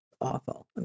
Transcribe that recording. Awful